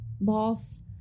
boss